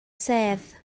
sedd